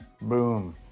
Boom